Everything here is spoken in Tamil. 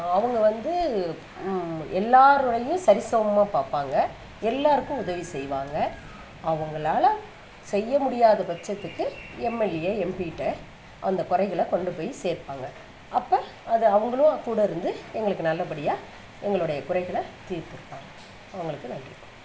அவங்க வந்து எல்லாேருடையும் சரிசமமாக பார்ப்பாங்க எல்லாேருக்கும் உதவி செய்வாங்க அவங்களால செய்ய முடியாத பட்சத்துக்கு எம்எல்ஏ எம்பிகிட்ட அந்த குறைகள கொண்டுப்போய் சேர்ப்பாங்க அப்போ அதை அவங்களும் கூட இருந்து எங்களுக்கு நல்லப்படியாக எங்களுடைய குறைகளை தீர்த்து வைப்பாங்க அவங்களுக்கு நன்றி கூற